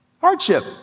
hardship